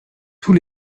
tous